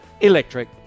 electric